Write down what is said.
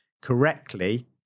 correctly